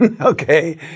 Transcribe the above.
Okay